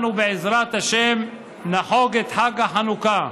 אנו בעזרת השם נחוג את חג החנוכה.